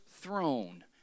throne